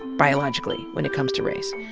biologically, when it comes to race.